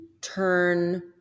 turn